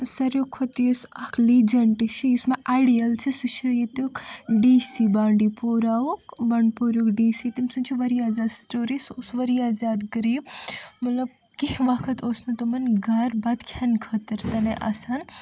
ساروٕے کھۄتہٕ یُس اکھ لیجنٹ چھُ یُس مےٚ آیڈِیل چھُ سُہ چھُ ییٚتُک ڈی سی بانڈی پوراہُک بنڈٕ پوٗریُک ڈی سی تمہِ سُند چھُ واریاہ زیادٕ سِٹوری سُہ اوس واریاہ زیادٕ غریٖب مطلب کیٚنہہ وقت اوس نہٕ تِمن گر بتہٕ کھیٚنہٕ خٲطرٕ تہِ نٕے آسہٕ ہن